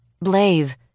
Blaze